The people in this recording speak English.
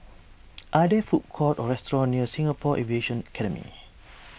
are there food courts or restaurants near Singapore Aviation Academy